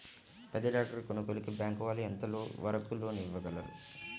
పెద్ద ట్రాక్టర్ కొనుగోలుకి బ్యాంకు వాళ్ళు ఎంత వరకు లోన్ ఇవ్వగలరు?